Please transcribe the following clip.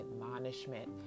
admonishment